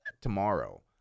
tomorrow